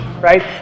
right